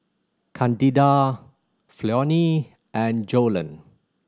Candida Flonnie and Joellen